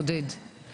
עודד,